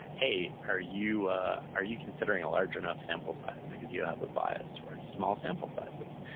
hey, are you are you considering a large enough sample size because you have a bias towards small sample sizes?